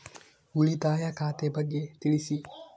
ಉಳಿತಾಯ ಖಾತೆ ಬಗ್ಗೆ ತಿಳಿಸಿ?